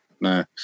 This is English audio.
No